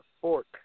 fork